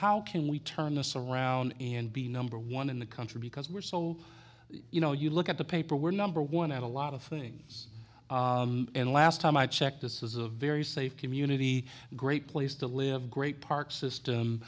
how can we turn this around and be number one in the country because we're so you know you look at the paper we're number one at a lot of things and last time i checked this is a very safe community a great place to live great park system